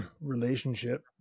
relationship